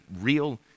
real